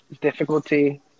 difficulty